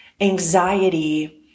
anxiety